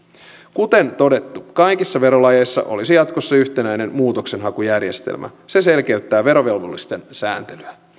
kuten todettu kaikissa verolajeissa olisi jatkossa yhtenäinen muutoksenhakujärjestelmä se selkeyttää verovelvollisten sääntelyä